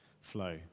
flow